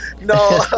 no